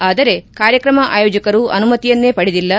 ಆದರೆ ಕಾರ್ಯಕ್ರಮ ಆಯೋಜಕರು ಅನುಮತಿಯನ್ನೇ ಪಡೆದಿಲ್ಲ